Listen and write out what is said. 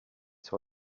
sur